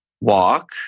walk